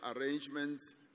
arrangements